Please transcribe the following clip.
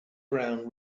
brown